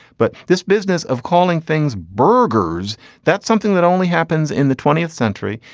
but this business of calling things burgers that's something that only happens in the twentieth century.